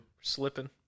Slipping